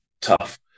tough